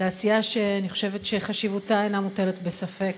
תעשייה שאני חושבת שחשיבותה אינה מוטלת בספק,